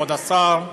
כבוד השר,